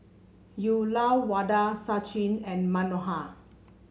Uyyalawada Sachin and Manohar